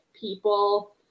people